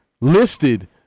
listed